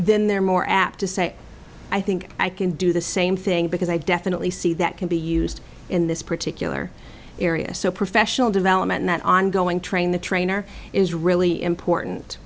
then they're more apt to say i think i can do the same thing because i definitely see that can be used in this particular area so professional development that ongoing train the trainer is really important